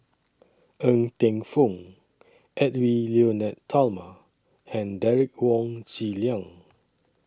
Ng Teng Fong Edwy Lyonet Talma and Derek Wong Zi Liang